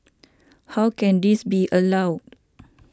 how can this be allowed